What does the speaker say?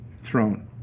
throne